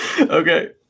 Okay